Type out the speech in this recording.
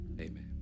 Amen